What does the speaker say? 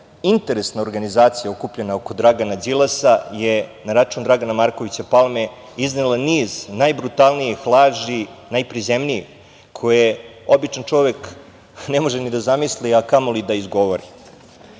interesna organizacija okupljena oko Dragana Đilasa je na račun Dragana Markovića Palme iznela niz najbrutalnijih laži, neprizemnih, koje običan čovek ne može ni da zamisli, a kamoli da izgovori. Sa